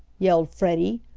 yelled freddie,